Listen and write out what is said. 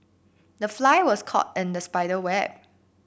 the fly was caught in the spider web